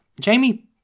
Jamie